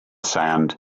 sand